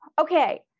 okay